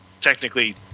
technically